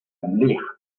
leizh